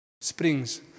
Springs